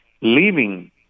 leaving